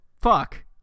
fuck